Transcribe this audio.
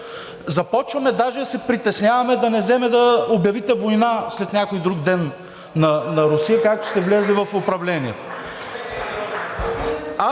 започваме даже да се притесняваме да не вземете да обявите война след някой и друг ден на Русия, както сте влезли в управлението.